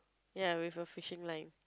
ya with a fishing line